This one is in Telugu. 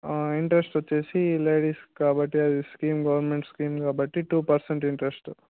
ఇంటరెస్ట్ వచ్చేసి లేడీస్ కాబట్టి అది స్కీం గవర్నమెంట్ స్కీం కాబట్టి టూ పెర్సెంట్ ఇంట్రెస్టు